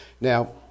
Now